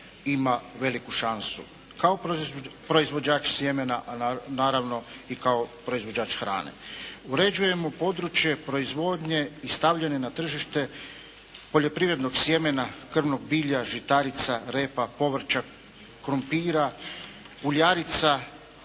ima veliku šansu kao proizvođač sjemena a naravno i kao proizvođač hrane. Uređujemo područje proizvodnje i stavljanje na tržište poljoprivrednog sjemena, krvnog bilja, žitarica, repa, povrća, krumpira, uljarica